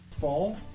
Fall